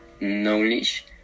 knowledge